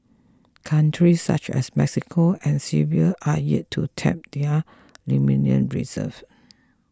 countries such as Mexico and Serbia are yet to tap their lithium reserves